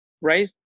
Right